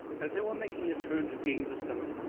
as they were making a turn to gain the summit,